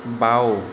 বাওঁ